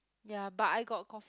ya but I got cough